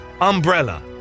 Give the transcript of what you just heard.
umbrella